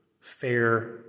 fair